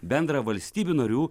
bendrą valstybių narių